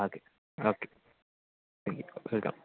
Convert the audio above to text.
okay okay thank you welcome